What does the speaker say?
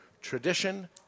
tradition